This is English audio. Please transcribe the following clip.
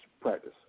practice